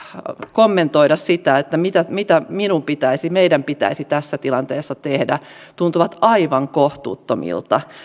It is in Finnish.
kommentoida sitä mitä mitä minun ja meidän pitäisi tässä tilanteessa tehdä tuntuvat aivan kohtuuttomilta